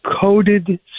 coded